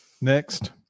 Next